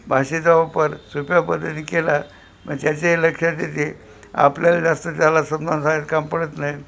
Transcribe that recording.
भाषेचा वापर सोप्या पद्धतीनं केला मग त्याच्याही लक्षात येते आपल्याला जास्त त्याला समजावून सांगायचं काम पडत नाही